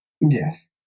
Yes